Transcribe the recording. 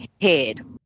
head